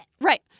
Right